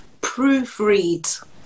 proofread